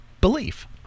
belief